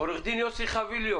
עו"ד יוסי חביליו